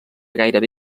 gairebé